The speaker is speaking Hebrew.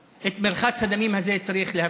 את מרחץ הדמים הזה צריך להפסיק.